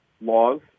laws